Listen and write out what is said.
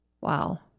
Wow